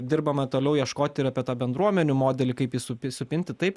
dirbama toliau ieškoti ir apie tą bendruomenių modelį kaip į supi supinti taip